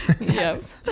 yes